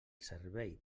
servei